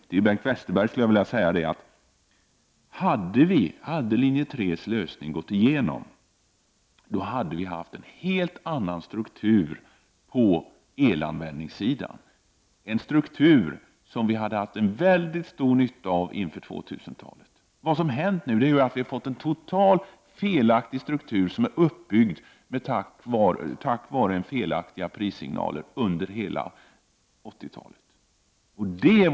Till Bengt Westerberg vill jag säga att strukturen på elanvändningssidan hade varit en helt annan om linje 3:s lösning hade gått igenom, och vi skulle ha haft en mycket stor nytta av den strukturen inför 2000-talet. Vad som nu har hänt är att strukturen har blivit totalt felaktig, då den är uppbyggd på grund av felaktiga prissignaler under hela 1980-talet.